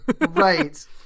Right